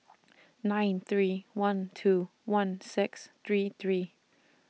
nine three one two one six three three